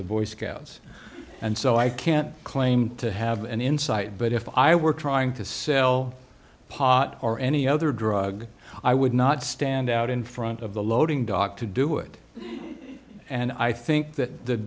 the boy scouts and so i can't claim to have an insight but if i were trying to sell pot or any other drug i would not stand out in front of the loading dock to do it and i think th